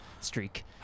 streak